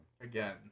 again